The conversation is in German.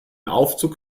aufzug